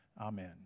Amen